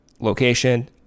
location